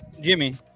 Jimmy